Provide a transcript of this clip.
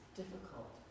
difficult